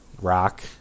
rock